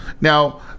Now